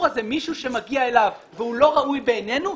הזה מישהו שמגיע אליו והוא לא ראוי בעינינו,